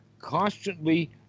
constantly